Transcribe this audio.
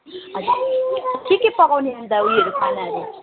के के पकाउने अन्त उयोहरू खानाहरू